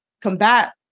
combat